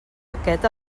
aquest